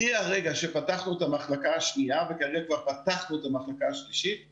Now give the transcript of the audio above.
מה שכן נוסף זה שני דברים שצריך לברך עליהם: